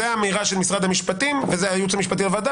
זאת האמירה של משרד המשפטים וזה הייעוץ המשפטי לוועדה,